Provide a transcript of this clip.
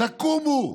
תקומו,